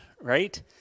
right